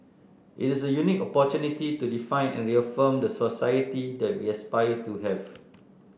it is a unique opportunity to define and reaffirm the society that we aspire to have